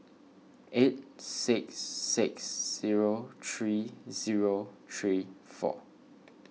eight six six zero three zero three four